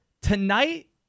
tonight